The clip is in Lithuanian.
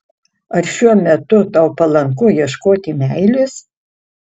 ar šiuo metu tau palanku ieškoti meilės